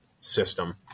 system